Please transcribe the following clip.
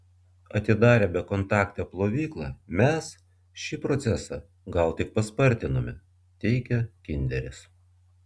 atidarę bekontaktę plovyklą mes šį procesą gal tik paspartinome teigia kinderis